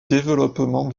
développement